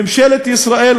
ממשלת ישראל,